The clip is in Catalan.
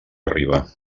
arriba